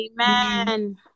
Amen